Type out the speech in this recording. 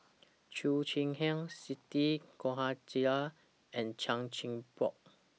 Cheo Chai Hiang Siti Khalijah and Chan Chin Bock